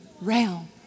realm